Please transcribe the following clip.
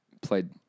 Played